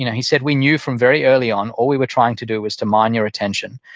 you know he said, we knew from very early on all we were trying to do was to mine your attention.